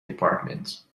departments